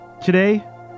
Today